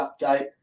update